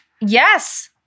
Yes